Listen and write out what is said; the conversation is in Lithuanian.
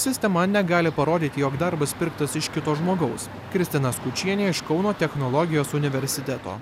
sistema negali parodyti jog darbas pirktas iš kito žmogaus kristina skučienė iš kauno technologijos universiteto